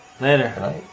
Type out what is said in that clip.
Later